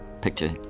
picture